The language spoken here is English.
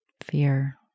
fear